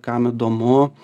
kam įdomu